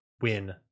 win